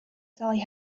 sally